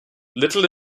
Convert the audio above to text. little